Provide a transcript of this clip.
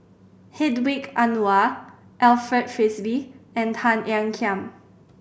Hedwig Anuar Alfred Frisby and Tan Ean Kiam